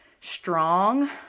strong